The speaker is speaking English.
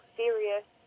serious